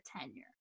tenure